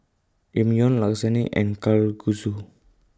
Ramyeon Lasagne and Kalguksu